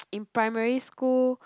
in primary school